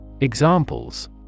Examples